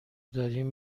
داریم